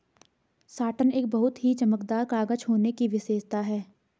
satin एक बहुत ही चमकदार कागज होने की विशेषता है